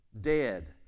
dead